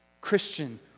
Christian